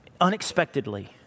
unexpectedly